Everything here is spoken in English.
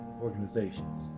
organizations